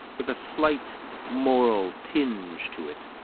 with a slight moral tinge to it,